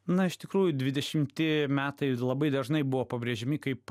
na iš tikrųjų dvidešimti metai labai dažnai buvo pabrėžiami kaip